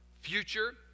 future